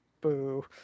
Boo